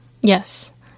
Yes